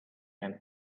and